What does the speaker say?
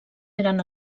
eren